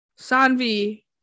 Sanvi